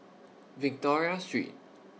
Victoria Street